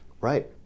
Right